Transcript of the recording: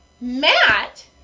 Matt